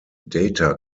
data